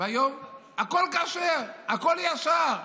והיום הכול כשר, הכול ישר: